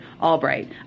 Albright